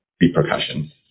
repercussions